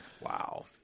Wow